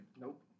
Nope